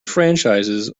franchises